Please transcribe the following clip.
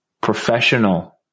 professional